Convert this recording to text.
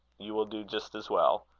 you will do just as well.